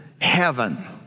heaven